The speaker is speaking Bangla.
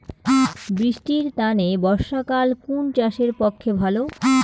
বৃষ্টির তানে বর্ষাকাল কুন চাষের পক্ষে ভালো?